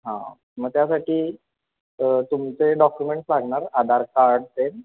हा मग त्यासाठी तुमचे डॉक्युमेंट्स लागणार आधार कार्ड ते